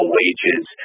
wages